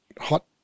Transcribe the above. hot